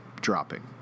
dropping